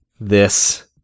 this-